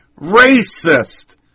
racist